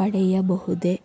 ಪಡೆಯಬಹುದೇ?